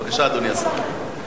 אדוני השר, בבקשה.